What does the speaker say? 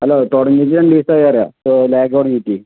hello തുടങ്ങിയിട്ട് രണ്ട് ദിവസമായി ലാഗ് തുടങ്ങിയിട്ട്